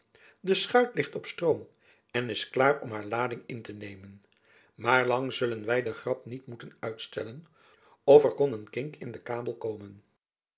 de schuit ligt op stroom en is klaar om haar lading in te nemen maar lang zullen wy den grap niet moeten uitstellen of er kon een kink in den kabel komen